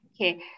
okay